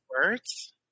words